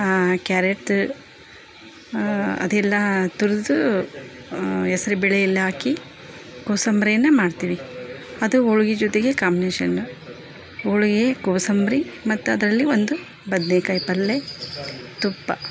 carrot ಅದೆಲ್ಲಾ ತುರಿದು ಹೆಸ್ರ್ ಬೇಳೆಯೆಲ್ಲ ಹಾಕಿ ಕೋಸಂಬರಿಯನ್ನ ಮಾಡ್ತೀವಿ ಅದು ಹೋಳಿಗೆ ಜೊತೆಗೆ ಕಾಂಬಿನೇಶನ್ ಹೋಳಿಗೆ ಕೋಸಂಬರಿ ಮತ್ತು ಅದರಲ್ಲಿ ಒಂದು ಬದನೇಕಾಯಿ ಪಲ್ಲೆ ತುಪ್ಪ